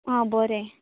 आं बरें